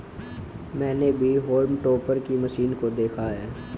मैंने भी haulm topper की मशीन को देखा है